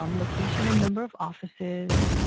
um location and number of offices,